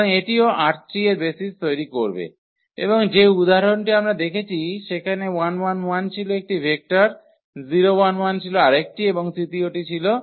সুতরাং এটিও ℝ3 এর বেসিস তৈরি করবে এবং যে উদাহরণটি আমরা দেখেছি সেখানে ছিল একটি ভেক্টর ছিল আরেকটি এবং তৃতীয়টি ছিল